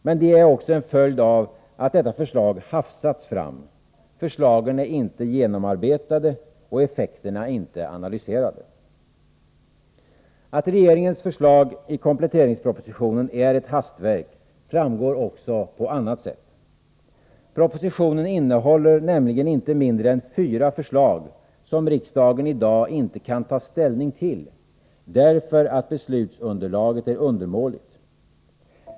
Men de är också en följd av att detta förslag hafsats fram. Förslagen är inte genomarbetade och effekterna inte analyserade. Att regeringens förslag i kompletteringspropositionen är ett hastverk framgår också på annat sätt. Propositionen innehåller nämligen inte mindre än fyra förslag som riksdagen i dag inte kan ta ställning till därför att beslutsunderlaget är undermåligt.